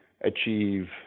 achieve